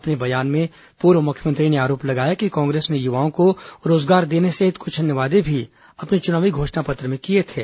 अपने बयान में पूर्व मुख्मयंत्री ने आरोप लगाया कि कांग्रेस ने युवाओं को रोजगार देने सहित कुछ अन्य वादे भी अपने चुनावी घोषणा पत्र में किए थे